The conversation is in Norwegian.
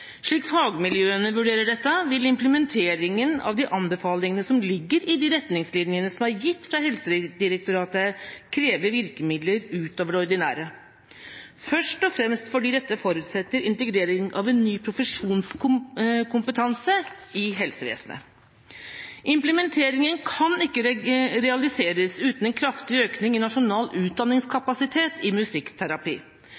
Slik fagmiljøene vurderer dette, vil implementeringen av de anbefalingene som ligger i retningslinjene som er gitt fra Helsedirektoratet, kreve virkemidler utover det ordinære, først og fremst fordi dette forutsetter integrering av en ny profesjonskompetanse i helsevesenet. Implementeringen kan ikke realiseres uten en kraftig økning i nasjonal utdanningskapasitet i musikkterapi.